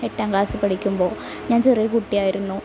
എട്ടാം ക്ലാസ്സില് പഠിക്കുമ്പോള് ഞാൻ ചെറിയ കുട്ടിയായിരുന്നു